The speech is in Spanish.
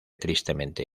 tristemente